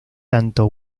tanto